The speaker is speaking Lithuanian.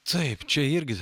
taip čia irgi